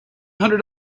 hundred